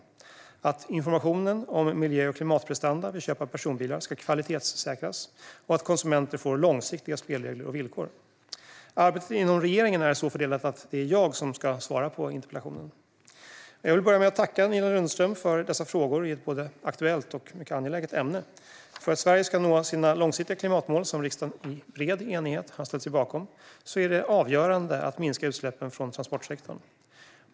Och hon har frågat om åtgärder för att informationen om miljö och klimatprestanda vid köp av personbilar ska kvalitetssäkras och åtgärder för att konsumenter ska få långsiktiga spelregler och villkor. Arbetet inom regeringen är så fördelat att det är jag som ska svara på interpellationen. Jag vill börja med att tacka Nina Lundström för dessa frågor i ett både aktuellt och mycket angeläget ämne. För att Sverige ska nå sina långsiktiga klimatmål, som riksdagen med bred enighet har ställt sig bakom, är det avgörande att minska utsläppen från transportsektorn.